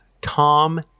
Tom